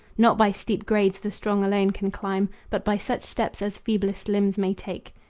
not by steep grades the strong alone can climb, but by such steps as feeblest limbs may take.